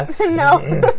No